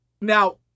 Now